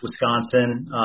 Wisconsin